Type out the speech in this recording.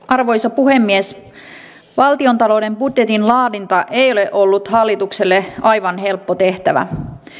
arvoisa puhemies valtiontalouden budjetin laadinta ei ole ollut hallitukselle aivan helppo tehtävä